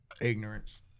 Ignorance